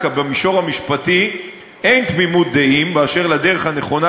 כי במישור המשפטי אין תמימות דעים אשר לדרך הנכונה